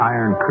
Iron